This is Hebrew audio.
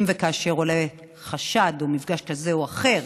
אם וכאשר עולה חשד או מפגש כזה או אחר,